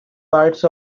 part